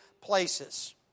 places